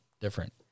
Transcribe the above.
different